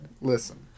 Listen